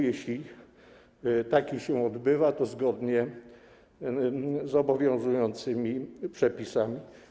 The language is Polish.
Jeśli import się odbywa, to zgodnie z obowiązującymi przepisami.